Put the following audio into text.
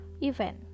event